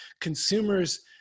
consumers